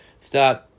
Start